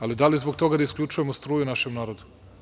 Ali zbog toga da isključujemo struju našem narodu?